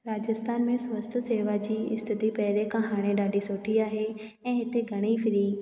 राजस्थान में स्वस्थ शेवा जी स्थिती पहिरें खां हाणे ॾाढी सुठी आहे ऐं हिते घणेई फ्री